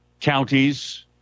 counties